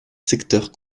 secteurs